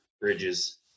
bridges